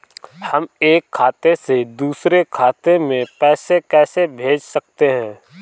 हम एक खाते से दूसरे खाते में पैसे कैसे भेज सकते हैं?